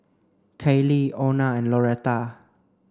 Kaylie Ona and Loretta